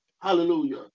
hallelujah